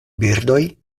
birdoj